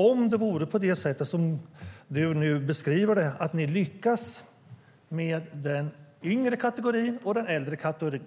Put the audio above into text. Om det vore på det sättet som du nu beskriver det att ni lyckas med den yngre kategorin och den äldre kategorin